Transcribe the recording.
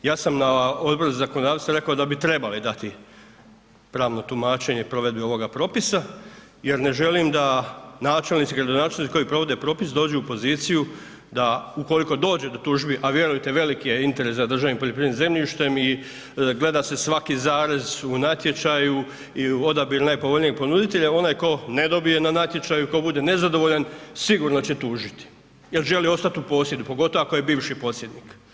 Ja sam na Odboru za zakonodavstvo rekao da bi trebali dati pravno tumačenje provedbe ovoga propisa jer ne želim da načelnici i gradonačelnici koji provode propis, dođu u poziciju da ukoliko dođe do tužbi a vjerujte veliki je interes za državnim poljoprivrednim zemljištem i gleda se svaki zarez u natječaju i u odabiru najpovoljnijeg ponuditelja, onaj tko ne dobije na natječaju, tko bude nezadovoljan, sigurno će tužiti jer želi ostati u posjedu pogotovo ako je bivši posjednik.